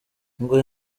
ngo